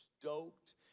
stoked